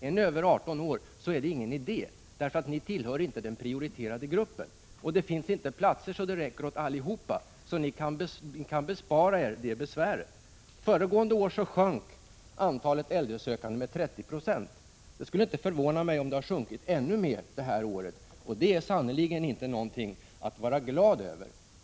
Den som är över 18 år tillhör inte den prioriterade gruppen, och det finns inte platser så att de räcker åt alla. Därför kan äldresökande bespara sig detta besvär. Förra året sjönk antalet äldresökande med 30 96. Det skulle inte förvåna mig om det har sjunkit ännu mer detta år, och det är sannerligen inte någonting att vara glad över.